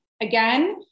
Again